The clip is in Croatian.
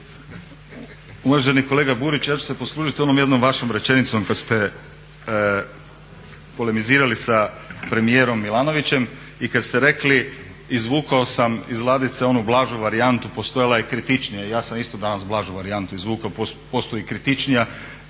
Uvaženi kolega Burić, ja ću se poslužiti onom jednom vašom rečenicom kada ste polemizirali sa premijerom Milanovićem i kada ste rekli izvukao sam iz ladice onu blažu varijantu, postojala je kritičnija, i ja sam isto danas blažu varijantu izvukao, postoji kritičnija